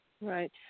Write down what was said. Right